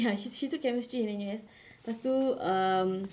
ya she she took chemistry in the U_S pastu um